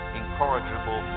incorrigible